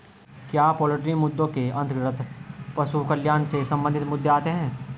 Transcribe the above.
क्या पोल्ट्री मुद्दों के अंतर्गत पशु कल्याण से संबंधित मुद्दे आते हैं?